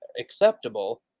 acceptable